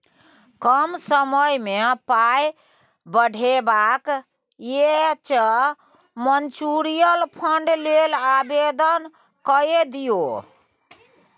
कम समयमे पाय बढ़ेबाक यै तँ म्यूचुअल फंड लेल आवेदन कए दियौ